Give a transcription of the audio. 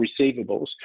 receivables